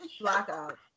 Blackout